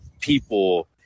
people